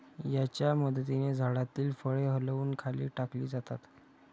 याच्या मदतीने झाडातील फळे हलवून खाली टाकली जातात